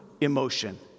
emotion